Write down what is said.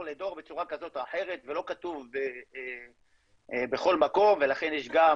לדור בצורה כזאת או אחרת ולא כתוב בכל מקום ולכן יש גם